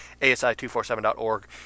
ASI247.org